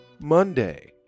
Monday